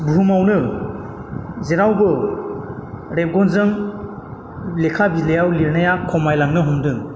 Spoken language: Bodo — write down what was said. बुहुमावनो जेरावबो रेबगनजों लेखा बिलाइयाव लिरनाया खमायलांनो हमदों